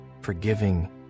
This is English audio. forgiving